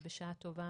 שבשעה טובה